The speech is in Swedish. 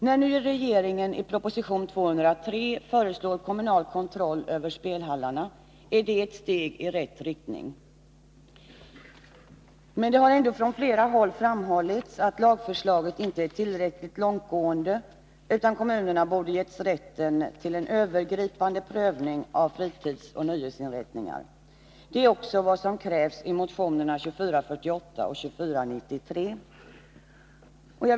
När nu regeringen i proposition 203 föreslår kommunal kontroll över spelhallarna är detta ett steg i rätt riktning. Men det har ändå från flera håll framhållits att lagförslaget inte är tillräckligt långtgående och att kommunerna borde ha getts rätten till en övergripande prövning när det gäller fritidsoch nöjesinrättningar. Det är också vad som krävs i motionerna 2448 och 2493.